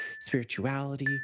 spirituality